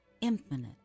infinite